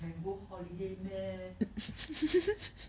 can go holiday meh